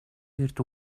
эрт